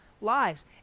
lives